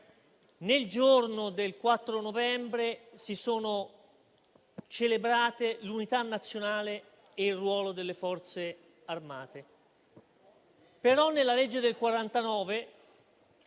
nel giorno del 4 novembre si sono celebrate l'Unità nazionale e il ruolo delle Forze armate. Ma nella legge del 1949